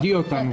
תכבדי אותנו.